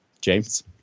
James